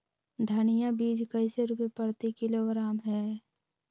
धनिया बीज कैसे रुपए प्रति किलोग्राम है?